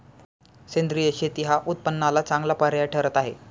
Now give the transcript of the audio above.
सेंद्रिय शेती हा उत्पन्नाला चांगला पर्याय ठरत आहे